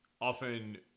Often